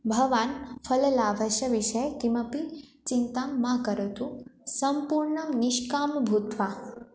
भवान् फललाभस्य विषये किमपि चिन्तां मा करोतु सम्पूर्णं निष्कामं भूत्वा